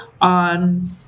on